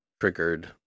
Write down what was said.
triggered